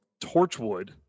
Torchwood